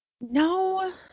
No